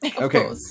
Okay